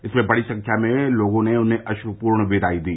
इसमें बड़ी संख्या में लोग ने उन्हें अश्रपूर्ण विदाई दी